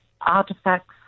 artifacts